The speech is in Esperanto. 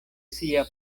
sia